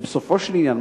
ובסופו של עניין,